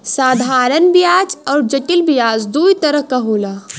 साधारन बियाज अउर जटिल बियाज दूई तरह क होला